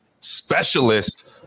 specialist